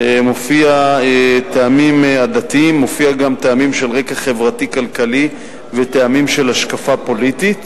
מופיע גם טעמים של רקע חברתי-כלכלי וטעמים של השקפה פוליטית,